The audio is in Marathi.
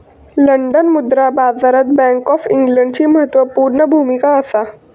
लंडन मुद्रा बाजारात बॅन्क ऑफ इंग्लंडची म्हत्त्वापूर्ण भुमिका असा